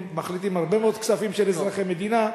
הם מחליטים לגבי הרבה מאוד כספים של אזרחי המדינה.